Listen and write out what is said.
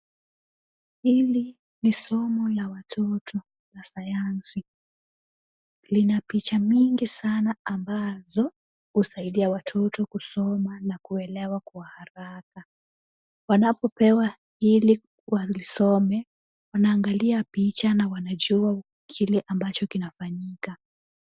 Hili ni somo la watoto la Sayansi. Lina picha mingi sana ambazo husaidia watoto kusoma na kuelewa kwa haraka. Wanapopewa ili walisome, wanaangalia picha na wanajua kile ambacho kinafanyika.